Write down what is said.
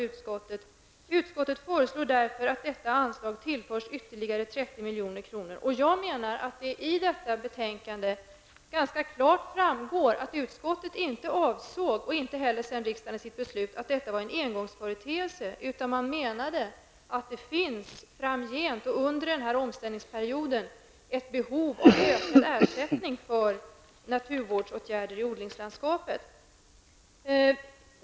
Utskottet föreslår därför att detta anslag tillförs ytterligare 30 miljoner. Jag menar att det i detta betänkande ganska klart framgår att utskottet inte avsåg, och inte heller riksdagen i sitt beslut, att detta var en engångsföreteelse, utan man menade att det framgent och under den här omställningsperioden finns ett behov av ökad ersättning för naturvårdsåtgärder i odlingslandskapet.